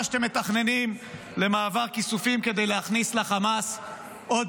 שאתם מתכננים למעבר כיסופים כדי להכניס לחמאס עוד